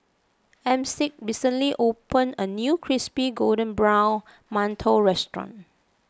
Armstead recently open a new Crispy Golden Brown Mantou restaurant